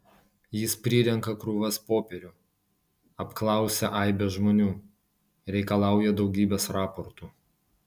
jis prirenka krūvas popierių apklausia aibes žmonių reikalauja daugybės raportų